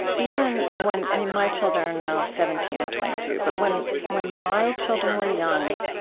even when my children are now seventeen and twenty two. but when when my children were young,